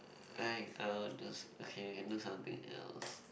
I I would just okay we can do something else